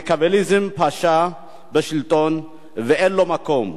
מקיאווליזם פשה בשלטון ואין לו מקום.